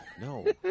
No